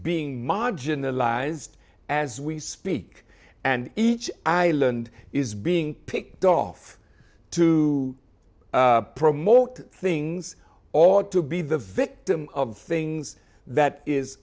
being marginalized as we speak and each island is being picked off to promote things or to be the victim of things that is